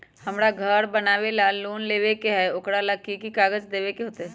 हमरा घर बनाबे ला लोन लेबे के है, ओकरा ला कि कि काग़ज देबे के होयत?